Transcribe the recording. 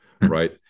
Right